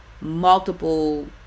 multiple